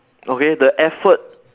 okay the effort